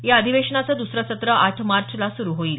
या अधिवेशनाचं दुसरं सत्र आठ मार्चला सुरु होईल